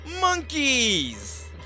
monkeys